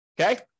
Okay